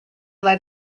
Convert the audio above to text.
led